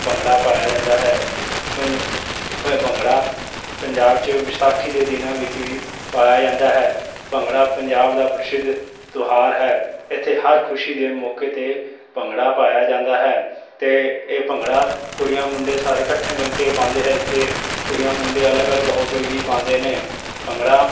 ਭੰਗੜਾ ਪਾਇਆ ਜਾਂਦਾ ਹੈ ਪੰਜਾ ਭੰਗੜਾ ਪੰਜਾਬ 'ਚ ਵੀ ਵਿਸਾਖੀ ਦੇ ਦਿਨਾਂ ਵਿੱਚ ਵੀ ਪਾਇਆ ਜਾਂਦਾ ਹੈ ਭੰਗੜਾ ਪੰਜਾਬ ਦਾ ਪ੍ਰਸਿਧ ਤਿਉਹਾਰ ਹੈ ਇੱਥੇ ਹਰ ਖੁਸ਼ੀ ਦੇ ਮੌਕੇ 'ਤੇ ਭੰਗੜਾ ਪਾਇਆ ਜਾਂਦਾ ਹੈ ਅਤੇ ਇਹ ਭੰਗੜਾ ਕੁੜੀਆਂ ਮੁੰਡੇ ਸਾਰੇ ਇਕੱਠੇ ਮਿਲ ਕੇ ਪਾਉਂਦੇ ਹੈ ਅਤੇ ਕੁੜੀਆਂ ਮੁੰਡੇ ਅਲੱਗ ਅਲੱਗ ਹੋ ਕੇ ਵੀ ਪਾਉਂਦੇ ਨੇ ਭੰਗੜਾ